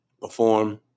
perform